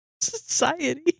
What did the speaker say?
Society